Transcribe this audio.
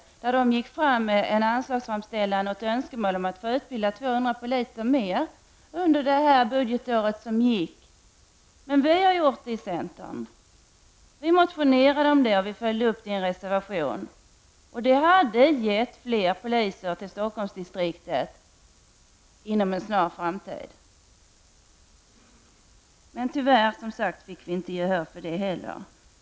Rikspolisstyrelsen gick fram med en anslagsframställan och önskemål om att få utbilda 200 fler poliser under det budgetår som gick. Vi i centern väckte en motion om detta och följde upp det hela i en reservation. Detta hade gett fler poliser till Stockholmsdistriktet inom en snar framtid. Men tyvärr fick vi inte gehör för detta heller.